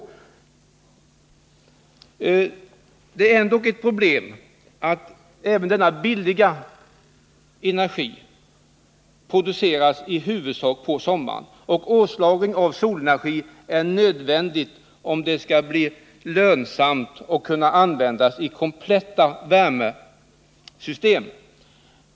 Ett problem är dock att även denna billiga energi i huvudsak produceras under sommaren. Årslagring av solenergi är en nödvändighet om den skall bli lönsam och kunna användas i kompletta värmesystem.